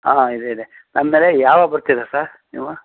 ಹಾಂ ಇದೆ ಇದೆ ಅಂದರೆ ಯಾವಾಗ ಬರ್ತೀರ ಸರ್ ನೀವು